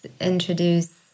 introduce